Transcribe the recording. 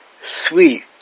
Sweet